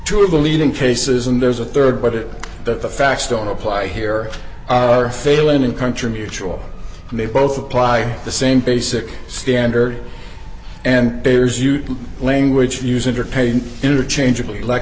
two of the leading cases and there's a rd but it that the facts don't apply here are failing in country mutual and they both apply the same basic standard and there's you language use it or paid interchangeable le